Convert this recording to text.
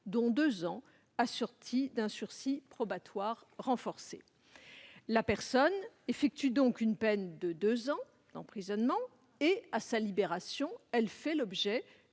dont deux ans assortis d'un sursis probatoire renforcé. La personne effectue donc une peine de deux ans d'emprisonnement et, à sa libération, fait l'objet